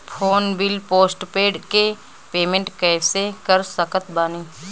Phone bill postpaid के payment कैसे कर सकत बानी?